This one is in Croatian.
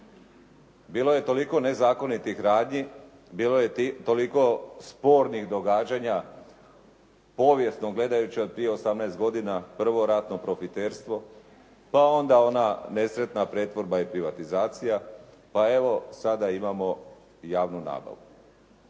Bilo je toliko nezakonitih radnji, bilo je toliko spornih događanja povijesno gledajući od prije 18 godina, prvo ratno profiterstvo, pa onda ona nesretna pretvorba i privatizacija, pa evo sada imamo i javnu nabavu.